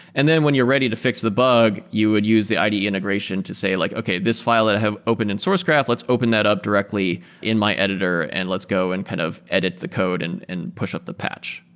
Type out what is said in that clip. and then when you're ready to fix the bug, you would use the ide integration to say like, okay. this file that i have opened in sourcegraph, let's open that up directly in my editor and let's go and kind of edit the code and and push up the patch.